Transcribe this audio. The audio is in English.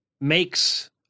makes